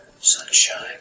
sunshine